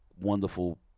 wonderful